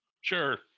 Sure